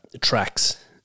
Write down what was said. tracks